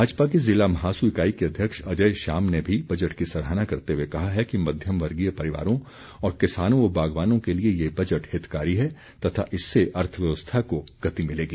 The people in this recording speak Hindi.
भाजपा की ज़िला महासू इकाई के अध्यक्ष अजय श्याम ने भी बजट की सराहना करते हुए कहा है कि मध्यम वर्गीय परिवारों और किसानों व बागवानों के लिए ये बजट हितकारी है तथा इससे अर्थव्यवस्था को गति मिलेगी